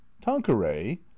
tanqueray